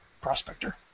prospector